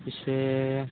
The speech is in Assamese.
পিছে